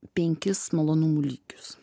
penkis malonumų lygius